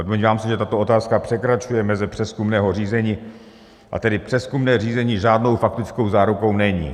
Domnívám se, že tato otázka překračuje meze přezkumného řízení, a tedy přezkumné řízení žádnou faktickou zárukou není.